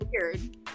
weird